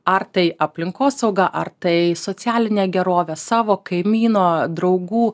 ar tai aplinkosauga ar tai socialinė gerovė savo kaimyno draugų